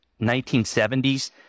1970s